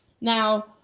Now